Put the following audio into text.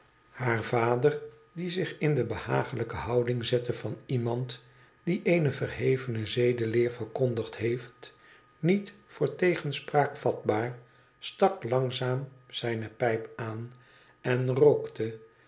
haar vader die zich in de behaaglijke houding zette van iemand die eene verhevene zedeleer verkondigd heeft niet voor tegenspraak vatbaar stak langzaam zijne pijp aan en rookte